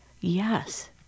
Yes